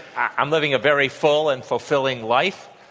i'm living a very full and fulfilling life,